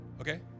Okay